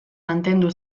mantendu